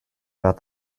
got